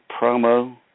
promo